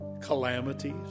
calamities